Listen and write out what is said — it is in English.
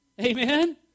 Amen